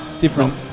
different